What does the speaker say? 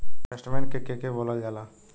Investment के के बोलल जा ला?